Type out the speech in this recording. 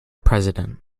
president